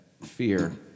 fear